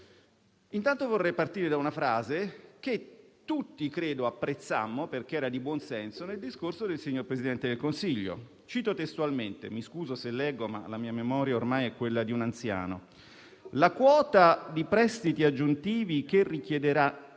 innanzitutto, da una frase che tutti credo apprezzammo, perché era di buon senso, nel discorso del signor Presidente del Consiglio. Cito testualmente, scusandomi se leggo, ma la mia memoria ormai è quella di un anziano: «La quota di prestiti aggiuntivi che richiederemo